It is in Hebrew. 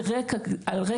על רק זה,